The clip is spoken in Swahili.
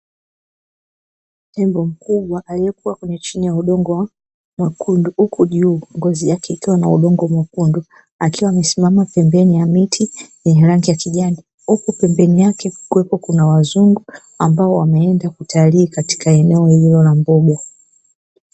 Pango kubwa haikuwa kwenye chini ya udongo wa kumbukumbu juu ngozi yake ikiwa na udongo mwekundu akiwa amesimama pembeni ya miti yenye rangi ya kijani huku pembeni yake kuwepo kuna wazungu ambao wameenda kutalika katika eneo hilo la mbuga.